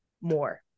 more